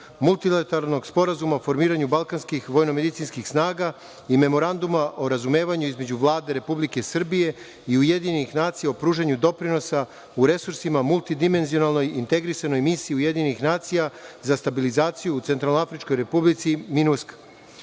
multilateralnog Sporazuma o formiranju Balkanskih vojnomedicinskih snaga i Memoranduma o razumevanju između Vlade Republike Srbije i Ujedinjenih nacija o pružanju doprinosa u resursima multidimenzionalnoj integrisanoj misiji Ujedinjenih nacija za stabilizaciju u Centralnoafričkoj Republici